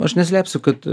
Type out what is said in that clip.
aš neslėpsiu kad